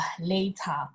later